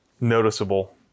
noticeable